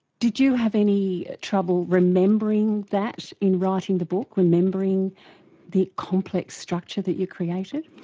did you have any trouble remembering that in writing the book, remembering the complex structure that you created?